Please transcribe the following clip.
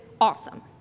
awesome